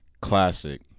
classic